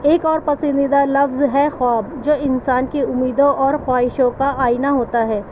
ایک اور پسندیدہ لفظ ہے خواب جو انسان کی امیدوں اور خواہشوں کا آئینہ ہوتا ہے